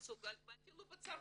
ואפילו בצרפת.